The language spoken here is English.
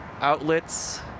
outlets